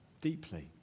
deeply